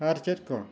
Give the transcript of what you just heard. ᱟᱨ ᱪᱮᱫ ᱠᱚ